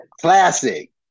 classic